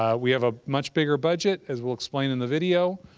um we have a much bigger budget, as we'll explain in the video.